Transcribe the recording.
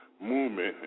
movement